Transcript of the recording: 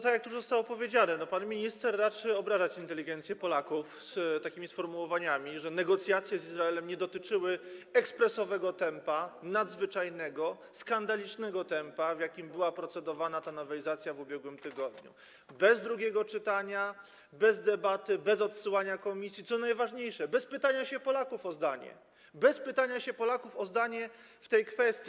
Tak jak tu zostało powiedziane, pan minister raczy obrażać inteligencję Polaków takimi sformułowaniami, że negocjacje z Izraelem nie dotyczyły ekspresowego tempa, nadzwyczajnego, skandalicznego tempa, w jakim była procedowana ta nowelizacja w ubiegłym tygodniu: bez drugiego czytania, bez debaty, bez odsyłania do komisji, co najważniejsze, bez pytania się Polaków o zdanie, bez pytania się Polaków o zdanie w tej kwestii.